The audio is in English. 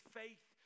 faith